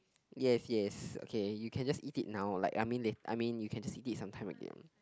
yes yes okay you can just eat it now like I mean la~ I mean you can just eat it sometime again